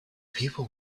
people